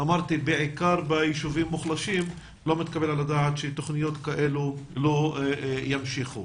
בעיקר ביישובים המוחלשים לא מתקבל על הדעת שתוכניות כאלה לא ימשיכו.